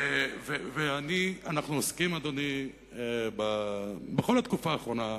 אנחנו עוסקים, אדוני, בכל התקופה האחרונה,